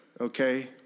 Okay